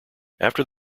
after